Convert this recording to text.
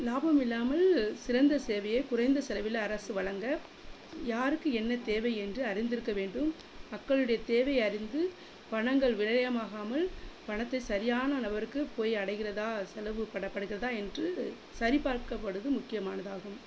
லாபம் இல்லாமல் சிறந்த சேவையை குறைந்த செலவில் அரசு வழங்க யாருக்கு என்ன தேவை என்று அறிந்திருக்க வேண்டும் மக்களுடைய தேவை அறிந்து பணங்கள் விரயம் ஆகாமல் பணத்தை சரியான நபருக்கு போய் அடைகிறதா செலவு பண்ணப்படுகிறதா என்று சரிபார்க்கப்படுவது முக்கியமானதாகும்